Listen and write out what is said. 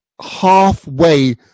halfway